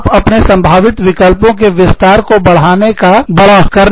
आप अपने क्षेत्र के संभावित विकल्पों को बढ़ाने का प्रयास करें और बढ़ाएं